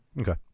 Okay